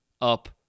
up